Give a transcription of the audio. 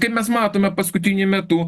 kai mes matome paskutiniu metu